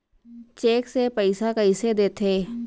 Cheque से पइसा कइसे देथे?